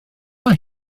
mae